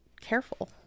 careful